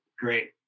Great